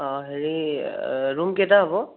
অ হেৰি ৰুম কেইটা হ'ব